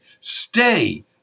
stay